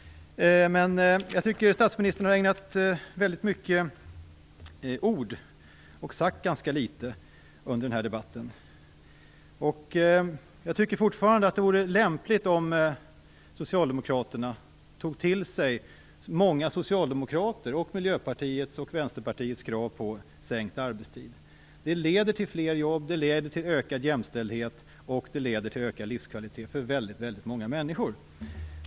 Jag tycker att statsministern har ägnat väldigt mycket ord åt att säga ganska litet under den här debatten. Jag tycker fortfarande att det vore lämpligt om Socialdemokraterna tog till sig de krav på sänkt arbetstid som Miljöpartiet och Vänsterpartiet och även många socialdemokrater ställer. Det leder till fler jobb, det leder till ökad jämställdhet och det leder till ökad livskvalitet för väldigt många människor.